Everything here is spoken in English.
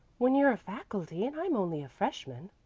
when you're a faculty and i'm only a freshman.